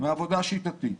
מעבודה שיטתית.